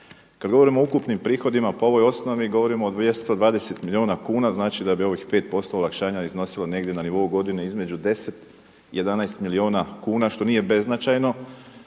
Kad govorimo o ukupnim prihodima po ovoj osnovi govorimo od 220 milijuna kuna, znači da bi ovih 5 posto olakšanja iznosilo negdje na nivou godine između 10, 11 milijuna kuna što nije beznačajno,